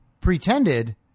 pretended